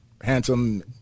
handsome